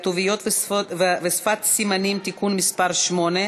(כתוביות ושפת סימנים) (תיקון מס' 8),